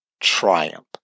triumph